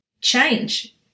change